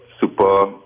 Super